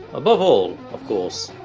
above all, of course,